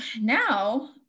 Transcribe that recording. now